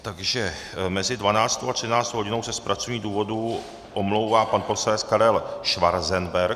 Takže mezi 12. a 13. hodinou se z pracovních důvodů omlouvá pan poslanec Karel Schwarzenberg.